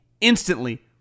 instantly